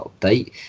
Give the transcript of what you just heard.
update